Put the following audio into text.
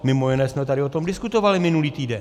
Mimo jiné jsme tady o tom diskutovali minulý týden.